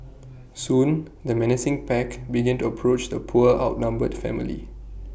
soon the menacing pack began to approach the poor outnumbered family